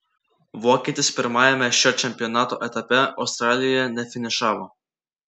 vokietis pirmajame šio čempionato etape australijoje nefinišavo